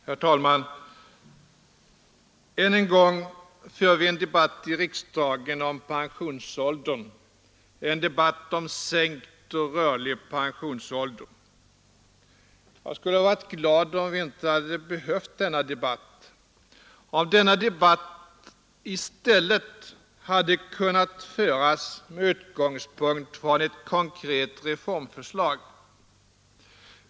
Herr talman! Än en gång för vi en debatt i riksdagen om pensions Torsdagen den åldern, en debatt om sänkt och rörlig pensionsålder. Jag skulle ha varit 1 mars 1973 glad om vi inte hade behövt denna debatt, om debatten i stälethade —L —— kunnat föras med utgångspunkt i ett konkret reformförslag.